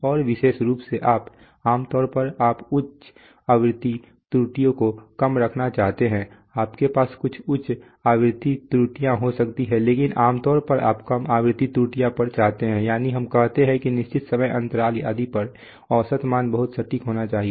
और विशेष रूप से आप आम तौर पर आप उच्च आवृत्ति त्रुटियों को कम रखना चाहते हैं आपके पास कुछ उच्च आवृत्ति त्रुटियां हो सकती हैं लेकिन आम तौर पर आप कम आवृत्ति त्रुटियों पर चाहते हैं यानी हम कहते हैं कि निश्चित समय अंतराल आदि पर औसत मान बहुत सटीक होना चाहिए